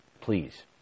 Please